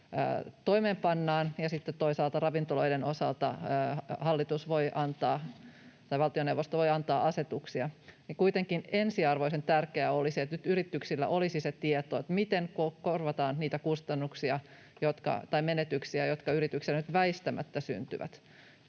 toimeenpannaan — ja sitten toisaalta ravintoloiden osalta valtioneuvosto voi antaa asetuksia, niin ensiarvoisen tärkeää olisi, että nyt yrityksillä olisi tieto, miten korvataan niitä menetyksiä, jotka yrityksille nyt väistämättä syntyvät.